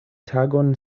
tagon